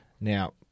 Now